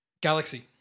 Galaxy